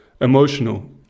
emotional